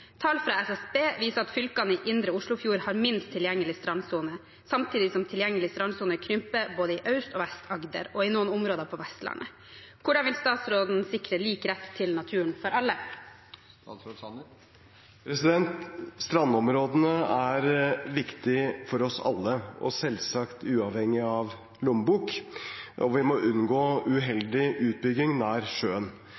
Tall fra SSB viser at fylkene i indre Oslofjord har minst tilgjengelig strandsone, samtidig som tilgjengelig strandsone krymper både i Aust- og Vest-Agder og i noen områder på Vestlandet. Hvordan vil statsråden sikre lik rett til naturen for alle?» Strandområdene er viktige for oss alle – selvsagt uavhengig av lommebok – og vi må unngå